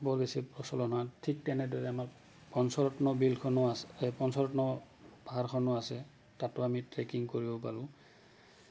বৰ বেছি প্ৰচলন ঠিক তেনেদৰে আমাৰ পঞ্চৰত্ন বিলখনো আছে পঞ্চৰত্ন পাহাৰখনো আছে তাতো আমি ট্ৰেকিং কৰিব পাৰোঁ